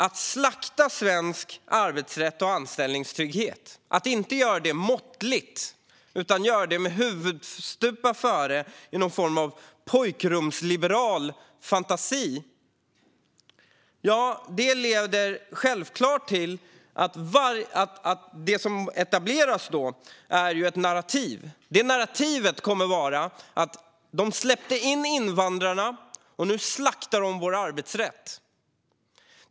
Att slakta svensk arbetsrätt och anställningstrygghet och att inte göra detta måttligt utan göra det huvudstupa i någon form av pojkrumsliberal fantasi leder självfallet till att det etableras ett narrativ som kommer att vara: "De släppte in invandrarna, och nu slaktar de vår arbetsrätt."